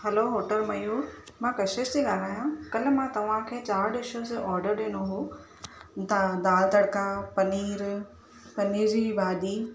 हलो hotel Mayur मां कशिश थी ॻाल्हायां कल्ह मां तव्हांखे चारि डिशिज़ जो ऑडर ॾिनो हो दाल तड़का पनीर पनीर जी भाॼी